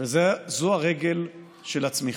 וזו הרגל של הצמיחה.